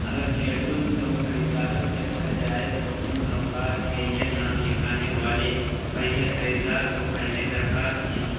اگر شیڈول دو خریداروں سے بھر جائے تو ان اوقات کے لیے نام لکھانے والے پہلے خریدار کو پہلی درخواست موصول